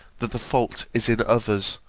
that the fault is in others,